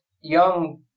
young